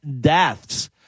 deaths